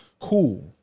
Cool